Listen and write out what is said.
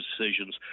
decisions